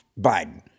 Biden